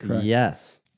Yes